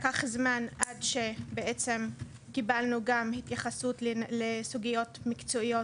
לקח זמן עד שקיבלנו גם התייחסות לסוגיות מקצועיות